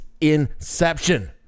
inception